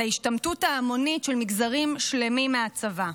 ההשתמטות ההמונית של מגזרים שלמים מהצבא.